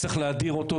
צריך להדיר אותו,